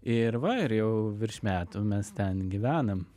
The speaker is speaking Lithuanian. ir va ir jau virš metų mes ten gyvenam